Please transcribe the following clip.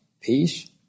peace